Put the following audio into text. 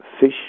fish